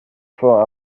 for